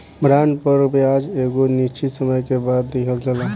bond पर ब्याज एगो निश्चित समय के बाद दीहल जाला